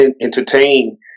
entertain